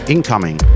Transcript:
Incoming